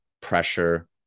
pressure